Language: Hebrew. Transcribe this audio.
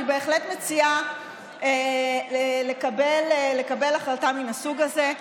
אני בהחלט מציעה לקבל החלטה מן הסוג הזה.